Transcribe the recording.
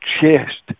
chest